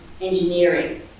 engineering